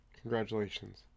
Congratulations